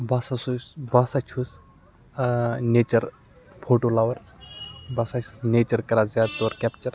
بہٕ ہَسا بہٕ ہَسا چھُس نیچَر فوٹوٗ لَوَر بہٕ ہَسا چھُس نیچَر کَران زیادٕ طور کیپچَر